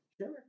Sure